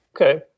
Okay